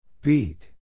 Beat